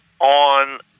on